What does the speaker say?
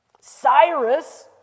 Cyrus